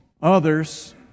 others